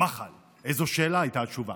"מחל, איזו שאלה?" הייתה התשובה.